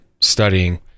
studying